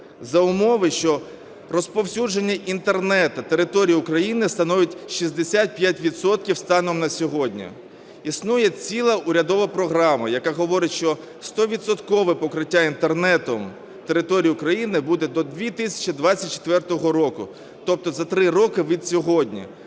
за умови, що розповсюдження інтернету на території України становить 65 відсотків станом на сьогодні? Існує ціла урядова програма, яка говорить, що стовідсоткове покриття інтернетом території України буде до 2024 року, тобто за 3 роки від сьогодні.